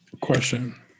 question